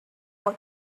what